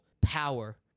power